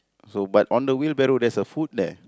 so but on the wheel barrel there's a food there